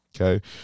okay